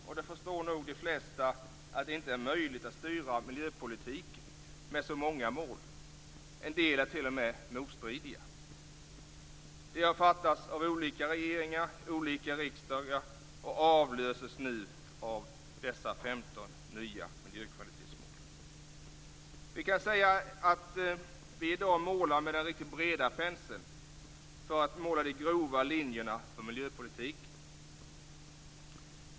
De flesta förstår nog att det inte är möjligt att styra miljöpolitiken med så många mål. En del är t.o.m. motstridiga. De har antagits av olika regeringar och olika riksdagar, och avlöses nu av dessa 15 nya miljökvalitetsmål. Vi kan säga att vi i dag målar med den riktigt breda penseln, för att måla de grova linjerna för miljöpolitiken.